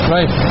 Right